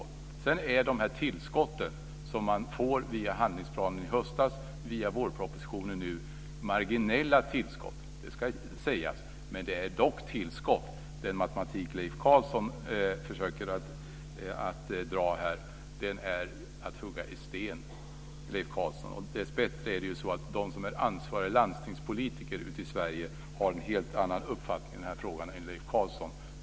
Sedan är de här tillskotten, som man får via handlingsplanen i höstas och via vårpropositionen nu, marginella tillskott. Det ska sägas. Men det är dock tillskott. Den matematik som Leif Carlson försöker med här är att hugga i sten, Leif Carlson. Dessbättre har de som är ansvariga landstingspolitiker ute i Sverige en helt annan uppfattning i den här frågan än Leif Carlson.